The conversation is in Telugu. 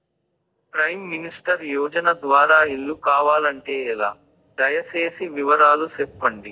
ప్రైమ్ మినిస్టర్ యోజన ద్వారా ఇల్లు కావాలంటే ఎలా? దయ సేసి వివరాలు సెప్పండి?